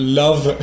love